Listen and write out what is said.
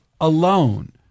alone